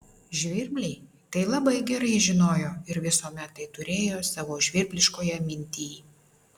žvirbliai tai labai gerai žinojo ir visuomet tai turėjo savo žvirbliškoje mintyj